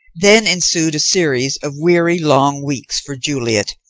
then ensued a series of weary long weeks for juliet,